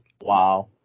Wow